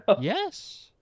Yes